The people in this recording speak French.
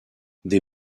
des